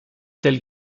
telles